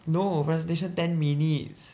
no presentation ten minutes